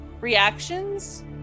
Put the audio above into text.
reactions